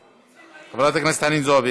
חברת הכנסת חנין זועבי,